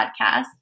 podcast